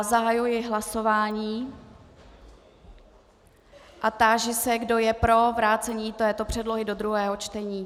Zahajuji hlasování a táži se, kdo je pro vrácení této předlohy do druhého čtení.